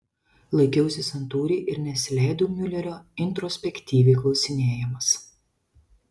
laikiausi santūriai ir nesileidau miulerio introspektyviai klausinėjamas